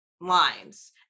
lines